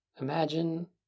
Imagine